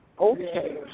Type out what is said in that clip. okay